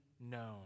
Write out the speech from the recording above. known